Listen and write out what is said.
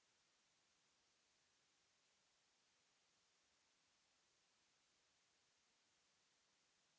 Merci